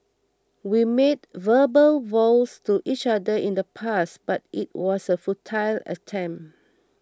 we made verbal vows to each other in the past but it was a futile attempt